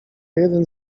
jeden